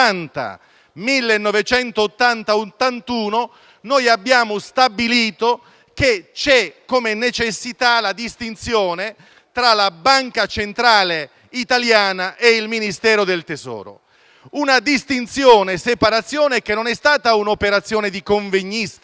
quando abbiamo stabilito che vi è la necessità di distinguere tra la banca centrale italiana e il Ministero del tesoro, una distinzione e separazione che non è stata un'operazione di convegnistica